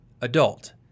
adult